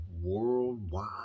worldwide